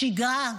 שגרה.